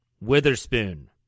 Witherspoon